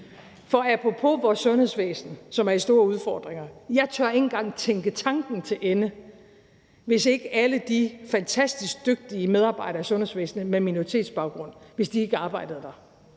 For apropos vores sundhedsvæsen, som har store udfordringer, vil jeg sige, at jeg ikke engang tør tænke tanken til ende, hvis ikke alle de fantastisk dygtige medarbejdere i sundhedsvæsenet med minoritetsbaggrund arbejdede der.